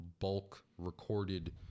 bulk-recorded